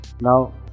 Now